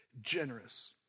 generous